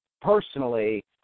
personally –